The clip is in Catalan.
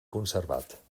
conservat